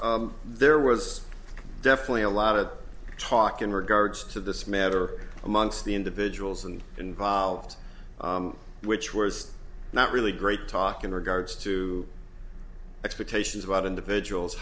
honor there was definitely a lot of talk in regards to this matter amongst the individuals and involved which worst not really great talk in regards to expectations about individuals